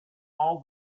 all